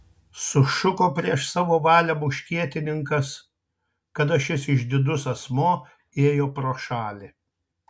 sušuko prieš savo valią muškietininkas kada šis išdidus asmuo ėjo pro šalį